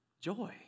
joy